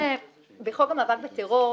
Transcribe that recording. בחוק המאבק בטרור